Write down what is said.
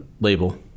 label